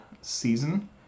season